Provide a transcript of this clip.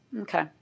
Okay